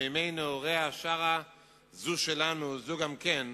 שבימי נעוריה שרה "זו שלנו זו גם כן",